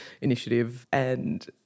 initiative—and